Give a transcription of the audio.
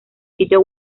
sitio